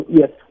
yes